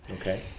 okay